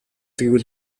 гэвэл